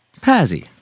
Pazzy